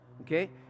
Okay